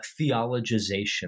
theologization